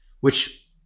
which-